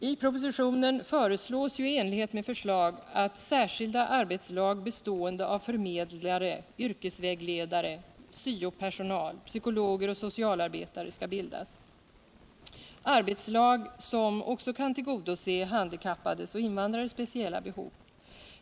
I propositionen föreslås i enlighet med förslag att särskilda arbetslag bestående av förmedlare, yrkesvägledare, syo-personal, psykologer och socialarbetare skall bildas, arbetslag som också kan tillgodose handikappades och invandrares speciella behov.